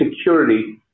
security